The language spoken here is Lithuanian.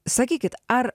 sakykit ar